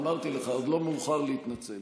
אמרתי לך, עוד לא מאוחר להתנצל.